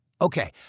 Okay